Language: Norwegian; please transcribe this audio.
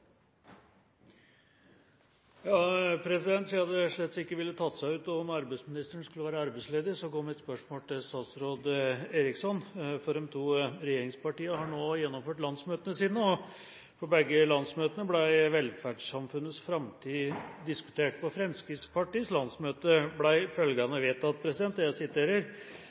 det slett ikke ville tatt seg ut at arbeidsministeren var arbeidsledig, går mitt spørsmål til statsråd Eriksson. De to regjeringspartiene har nå gjennomført landsmøtene sine. På begge landsmøtene ble velferdssamfunnets framtid diskutert. På Fremskrittspartiets landsmøte ble følgende vedtatt: